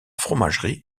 fromagerie